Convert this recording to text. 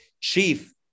Chief